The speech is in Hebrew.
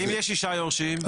ואם יש שישה יורשים.